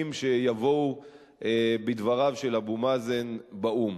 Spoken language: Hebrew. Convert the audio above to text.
שיבואו בדבריו של אבו מאזן באו"ם.